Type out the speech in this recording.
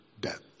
death